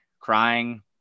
crying